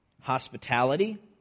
Hospitality